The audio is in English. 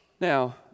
Now